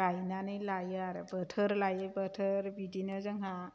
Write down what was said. गायनानै लायो आरो बोथोर लायै बोथोर बिदिनो जोंहा